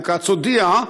חיים כץ הודיע,